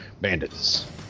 bandits